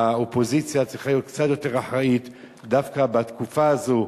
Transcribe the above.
והאופוזיציה צריכה להיות קצת יותר אחראית דווקא בתקופה הזו,